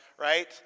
right